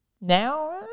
Now